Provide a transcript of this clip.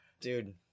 dude